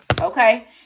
Okay